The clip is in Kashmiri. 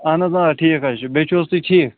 اَہن حظ آ ٹھیٖک حظ چھُ بیٚیہِ چھو حظ تُہۍ ٹھیٖک